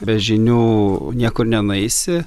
be žinių niekur nenueisi